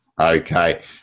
Okay